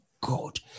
God